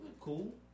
cool